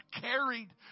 carried